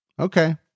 okay